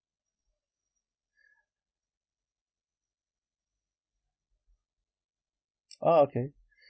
oh okay